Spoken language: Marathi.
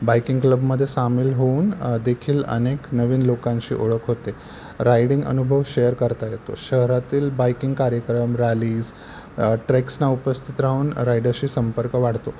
बायकिंग क्लबमध्ये सामील होऊन देखील अनेक नवीन लोकांशी ओळख होते रायडिंग अनुभव शेअर करता येतो शहरातील बायकिंग कार्यक्रम रॅलीज ट्रेक्सना उपस्थित राहून रायडर्सशी संपर्क वाढतो